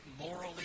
morally